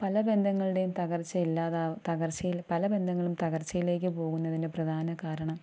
പല ബന്ധങ്ങളുടെയും തകർച്ചയില്ലാതെ തകർച്ചയിൽ പല ബന്ധങ്ങളും തകർച്ചയിലേക്കു പോകുന്നതിൻ്റെ പ്രധാന കാരണം